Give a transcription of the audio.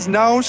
no